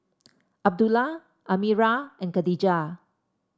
Abdullah Amirah and Khadija